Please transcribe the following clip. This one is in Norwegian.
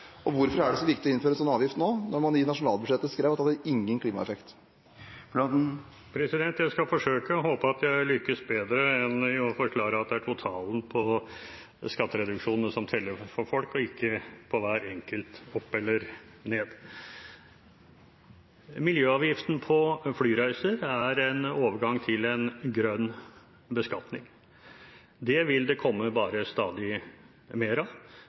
Og hvorfor er det så viktig å innføre en sånn avgift nå, når man i nasjonalbudsjettet skrev at det hadde ingen klimaeffekt? Jeg skal forsøke – og håper at jeg lykkes bedre – å forklare at det er totalen på skattereduksjonene som teller for folk og ikke hver enkelt opp eller ned. Miljøavgiften på flyreiser er en overgang til en grønn beskatning. Det vil det bare komme stadig mer av.